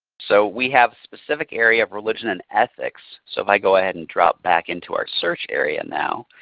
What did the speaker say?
so we have specific area of religion and ethics. so if i go ahead and drop back into our search area now.